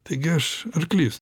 taigi aš arklys